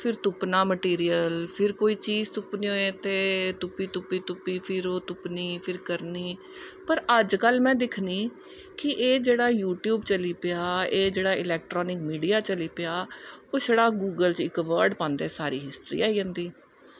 फिर तुप्पना कोई मैटीरियल तुपनी होई ते फिर ओह् तुप्पी तुप्पी तुप्पनी फिर करनीं पर अज्ज कल में दिक्खनीं कि एह् जेह्ड़ा यूटयूब चली पेआ एह् जेह्ड़ा अलैकट्रानिक मिडिया चली पेआ छड़ा गुगल बिच्च इक बर्ड़ पांदा सारी हिस्ट्री आई जंदी